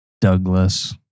Douglas